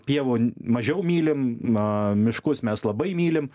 pievų mažiau mylim ma miškus mes labai mylim